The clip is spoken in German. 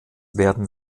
werden